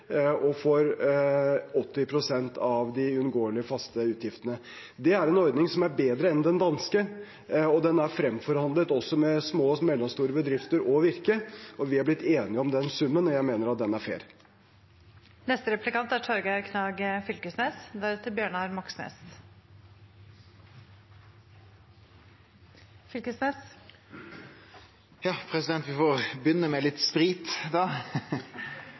og får 80 pst. av de uunngåelige faste utgiftene. Det er en ordning som er bedre enn den danske, og den er fremforhandlet også med små og mellomstore bedrifter og Virke. Vi er blitt enige om den summen, og jeg mener at den er